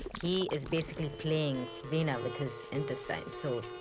he is basically playing veena with his intestines. so